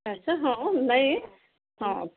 ଆଚ୍ଛା ହଁ ଭାଇ ହଁ